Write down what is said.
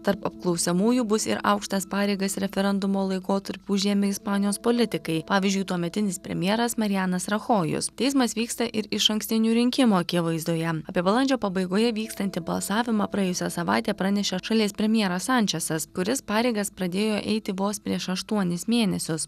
tarp apklausiamųjų bus ir aukštas pareigas referendumo laikotarpiu užėmę ispanijos politikai pavyzdžiui tuometinis premjeras marijanas rachojus teismas vyksta ir išankstinių rinkimų akivaizdoje apie balandžio pabaigoje vykstantį balsavimą praėjusią savaitę pranešė šalies premjeras sančesas kuris pareigas pradėjo eiti vos prieš aštuonis mėnesius